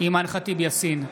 אימאן ח'טיב יאסין,